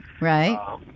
Right